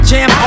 Jam